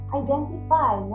identify